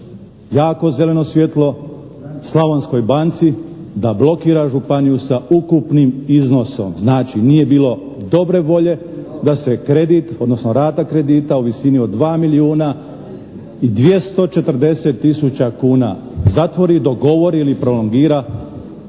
jako zeleno svjetlo Slavonskoj banci da blokira županiju sa ukupnim iznosom. Znači, nije bilo dobre volje da se kredit, odnosno rata kredita u visini od 2 milijuna i 240 tisuća kuna zatvori dogovori ili prolongira